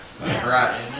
right